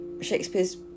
...Shakespeare's